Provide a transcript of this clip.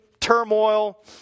turmoil